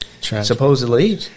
Supposedly